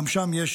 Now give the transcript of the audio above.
גם שם יש,